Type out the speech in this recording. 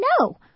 no